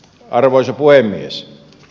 arvoisa puhemies